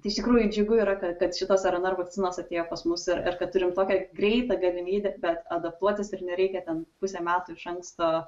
iš tikrųjų džiugu yra kad kad šitos rnr vakcinos atėjo pas mus ir kad turim tokią greitą galimybę bet adaptuotis ir nereikia ten pusę metų iš anksto